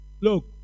Look